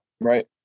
right